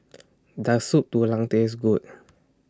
Does Soup Tulang Taste Good